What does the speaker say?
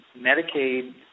Medicaid